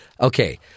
okay